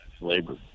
labor